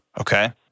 okay